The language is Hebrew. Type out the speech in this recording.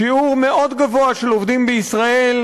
שיעור מאוד גבוה של עובדים בישראל,